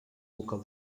vocal